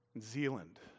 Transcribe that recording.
Zealand